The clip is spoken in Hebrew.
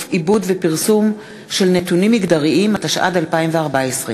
שירות), התשע"ד 2014,